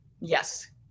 Yes